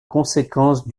conséquence